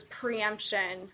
preemption